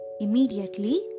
Immediately